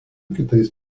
kitais